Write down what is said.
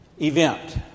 event